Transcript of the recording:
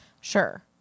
Sure